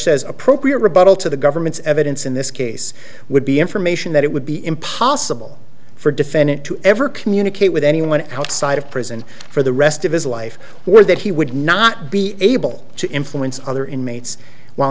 says appropriate rebuttal to the government's evidence in this case would be information that it would be impossible for defendant to ever communicate with anyone outside of prison for the rest of his life or that he would not be able to influence other inmates while